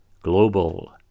Global